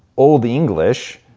olde' english,